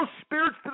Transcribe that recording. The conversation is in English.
spirits